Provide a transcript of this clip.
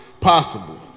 possible